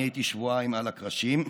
הייתי שבועיים על הקרשים.